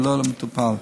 ולא למטופל.